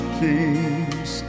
kings